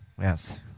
Yes